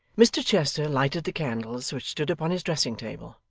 mr chester lighted the candles which stood upon his dressing-table,